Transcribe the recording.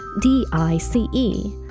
D-I-C-E